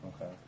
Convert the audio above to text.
okay